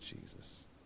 jesus